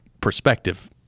perspective